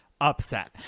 upset